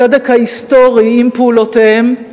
הצדק ההיסטורי עם פעולותיהם,